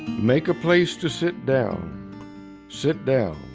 make a place to sit down sit down.